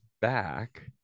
back